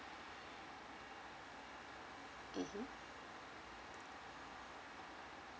mmhmm